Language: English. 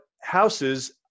houses